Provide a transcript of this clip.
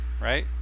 right